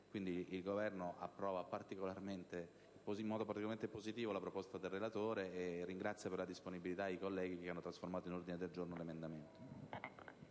Il Governo concorda perciò pienamente con la proposta del relatore e ringrazia per la disponibilità i colleghi che hanno trasformato in ordine del giorno l'emendamento.